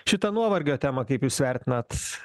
šitą nuovargio temą kaip jūs vertinat